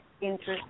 interest